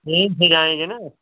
train से जाएंगे न